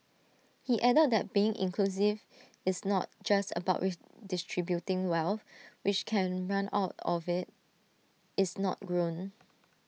he added that being inclusive is not just about redistributing wealth which can run out if IT is not grown